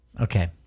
Okay